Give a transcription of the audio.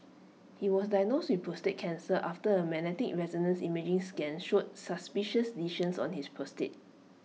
he was diagnosed with prostate cancer after A magnetic resonance imaging scan showed suspicious lesions on his prostate